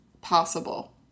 possible